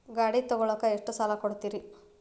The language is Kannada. ಗಾಡಿ ತಗೋಳಾಕ್ ಎಷ್ಟ ಸಾಲ ಕೊಡ್ತೇರಿ?